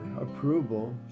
approval